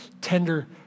tender